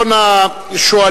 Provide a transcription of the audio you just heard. לשר